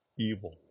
evil